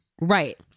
Right